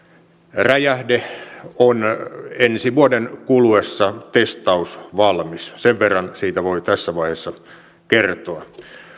räjähde on ensi vuoden kuluessa testausvalmis sen verran siitä voi tässä vaiheessa kertoa